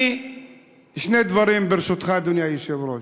שני דברים, ברשותך, אדוני היושב-ראש.